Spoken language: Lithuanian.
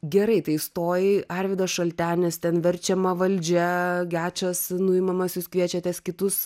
gerai tai įstojai arvydas šaltenis ten verčiama valdžia gečas nuimamas jūs kviečiatės kitus